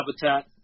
habitat